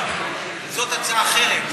זאת הצעה אחרת.